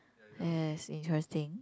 yes interesting